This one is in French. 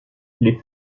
les